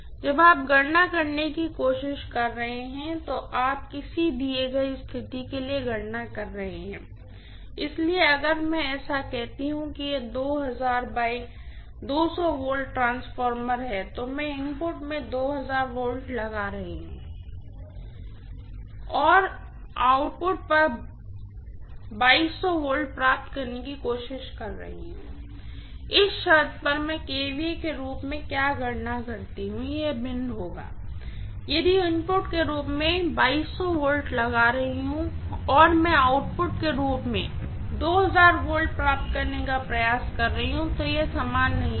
जब आप गणना करने की कोशिश कर रहे हैं तो आप किसी दिए गए स्थिति के लिए गणना कर रहे हैं इसलिए अगर मैं ऐसा कहती हूँ कि यह ट्रांसफार्मर है और मैं इनपुट में Vलगा रहा हूं और मैं आउटपुट पर V प्राप्त करने की कोशिश कर रही हूँ इस शर्त पर कि मैं kVA के रूप में क्या गणना करती हूँ से भिन्न होगा यदि इनपुट के रूप में V लागू कर रही हूँ और मैं आउटपुट के रूप में वोल्ट प्राप्त करने का प्रयास कर रही हूँ तो यह समान नहीं होगा